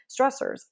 stressors